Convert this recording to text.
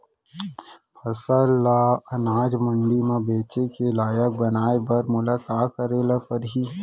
फसल ल अनाज मंडी म बेचे के लायक बनाय बर मोला का करे ल परही?